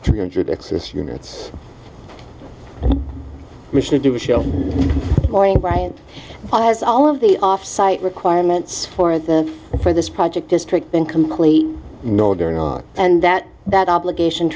three hundred excess units we should do a show or a bank has all of the off site requirements for the for this project district in complete no they're not and that that obligation